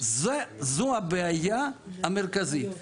זו הבעיה המרכזית.